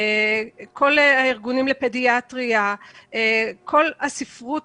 כל הארגונים לפדיאטריה וכל הספרות